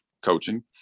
coaching